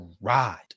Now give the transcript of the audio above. ride